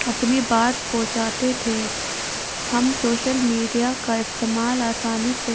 اپنی بات پہنچاتے تھے ہم سوشل میڈیا کا استعمال آسانی سے